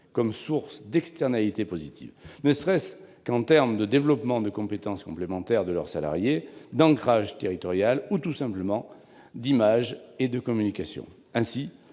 comme source d'« externalités positives », ne serait-ce qu'en termes de développement de compétences complémentaires de leurs salariés, d'ancrage territorial ou tout simplement d'image et communication. Ainsi,